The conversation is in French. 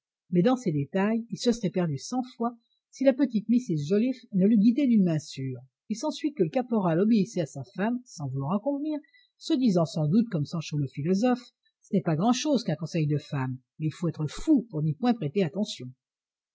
mais dans ces détails il se serait perdu cent fois si la petite mrs joliffe ne l'eût guidé d'une main sûre il s'ensuit que le caporal obéissait à sa femme sans vouloir en convenir se disant sans doute comme sancho le philosophe ce n'est pas grand'chose qu'un conseil de femme mais il faut être fou pour n'y point prêter attention